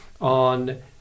on